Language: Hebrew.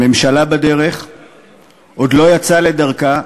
הממשלה-בדרך עוד לא יצאה לדרכה,